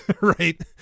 right